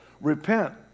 repent